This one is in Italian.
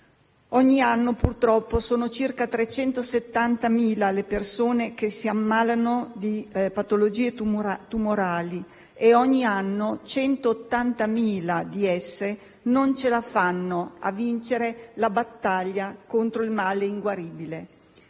Ogni anno purtroppo sono circa 370.000 le persone che si ammalano di patologie tumorali e ogni anno 180.000 di esse non ce la fanno a vincere la battaglia contro il male inguaribile.